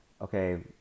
Okay